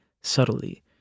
subtly